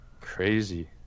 Crazy